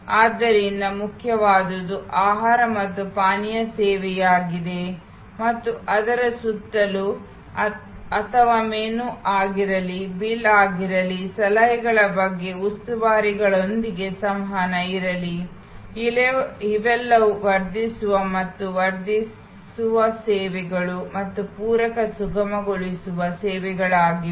ಆದ್ದರಿಂದ ಮುಖ್ಯವಾದುದು ಆಹಾರ ಮತ್ತು ಪಾನೀಯ ಸೇವೆಯಾಗಿದೆ ಮತ್ತು ಅದರ ಸುತ್ತಲೂ ಅಥವಾ ಮೆನು ಆಗಿರಲಿ ಬಿಲ್ ಆಗಿರಲಿ ಸಲಹೆಗಳ ಬಗ್ಗೆ ಉಸ್ತುವಾರಿಗಳೊಂದಿಗಿನ ಸಂವಹನ ಇರಲಿ ಇವೆಲ್ಲವೂ ವರ್ಧಿಸುವ ಮತ್ತು ವರ್ಧಿಸುವ ಸೇವೆಗಳು ಮತ್ತು ಪೂರಕ ಸುಗಮಗೊಳಿಸುವ ಸೇವೆಗಳಾಗಿವೆ